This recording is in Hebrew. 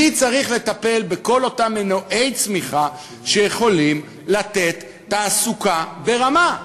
מי צריך לטפל בכל אותם מנועי צמיחה שיכולים לתת תעסוקה ברמה?